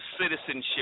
citizenship